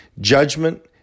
Judgment